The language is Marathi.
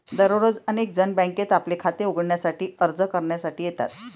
दररोज अनेक जण बँकेत आपले खाते उघडण्यासाठी अर्ज करण्यासाठी येतात